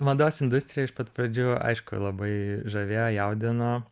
mados industrija iš pat pradžių aišku labai žavėjo jaudino